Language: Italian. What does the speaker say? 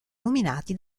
nominati